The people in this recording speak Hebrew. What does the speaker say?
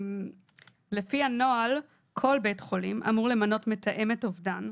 לפי הנוהל כל בית חולים אמור למנות מתאמת אובדן,